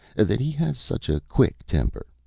that he has such a quick temper.